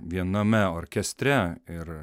viename orkestre ir